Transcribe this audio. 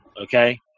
Okay